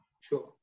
Sure